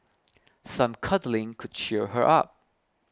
some cuddling could cheer her up